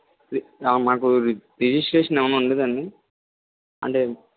రి మాకు రిజిస్ట్రేషన్ ఏమన్నా ఉండదా అండి అంటే